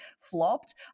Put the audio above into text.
flopped